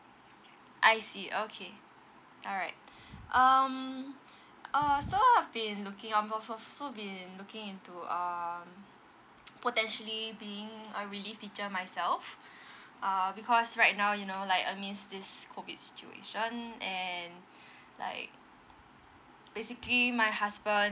I see okay alright um uh so I've been looking on both of I've also been looking into um potentially being a relief teacher myself uh because right now you know like I mean this COVID situation and like basically my husband